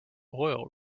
oil